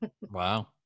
Wow